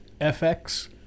FX